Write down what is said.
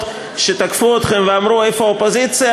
שתקפו אתכם ואמרו: איפה האופוזיציה?